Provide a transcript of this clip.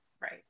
Right